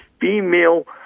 female